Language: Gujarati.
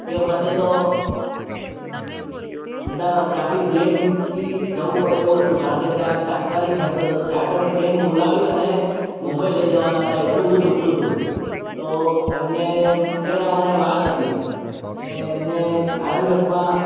તે વખતે તો અમદાવાદ ત્યાંથી પ્લેનથી જવું પડે એવું હતું કારણ કે ત્યાં તાત્કાલિક હે તો તો ચાર્ટડ પ્લેન બોલાવી અને મુંબઈ લઈ જવાના હતા એટલું બધું દુખતું તું તો એમને પ્લેન આવવાને વાર હતી અને એમને આયુર્વેદમાં